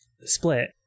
split